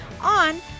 on